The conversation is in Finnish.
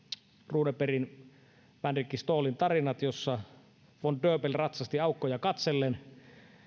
runebergin vänrikki stoolin tarinat jossa von döbeln ratsasti aukkoja katsellen